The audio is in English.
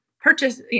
purchase